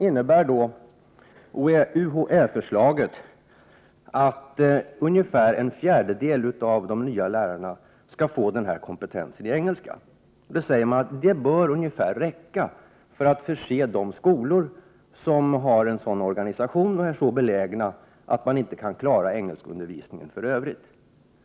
UHÄ-förslaget innebär att ungefär en fjärdedel av de nya lärarna skall få denna kompetens i engelska. Man säger att detta bör räcka för att kunna förse de skolor med lärare som har en sådan organisation och är så belägna att de inte kan klara engelskundervisningen på annat sätt.